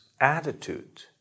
attitude